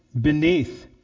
beneath